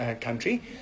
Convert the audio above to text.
country